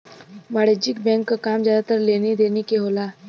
वाणिज्यिक बैंक क काम जादातर लेनी देनी के होला